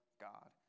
God